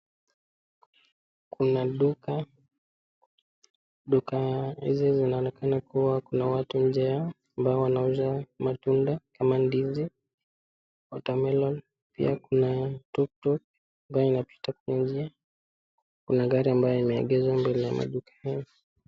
Kuna duka, duka hizi zinaonekana kuwa kuna watu nje yao ambao wanauza matunda kama ndizi, water melon pia kuna tuktuk ambayo inapita huku nje, kuna gari ambayo imeegezwa mbele ya maduka hayo.